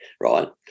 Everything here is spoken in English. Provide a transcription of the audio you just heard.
right